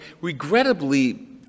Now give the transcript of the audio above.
regrettably